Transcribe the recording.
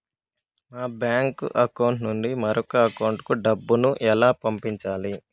మా bank account నుండి మరొక అకౌంట్ కు డబ్బును ఎలా పంపించాలి